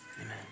amen